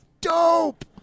Dope